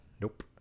nope